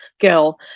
girl